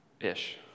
ish